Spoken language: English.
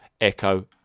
Echo